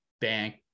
bank